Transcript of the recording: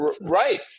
Right